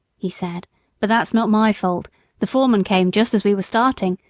he said but that's not my fault the foreman came just as we were starting,